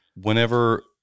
whenever